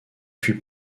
fut